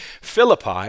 Philippi